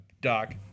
Doc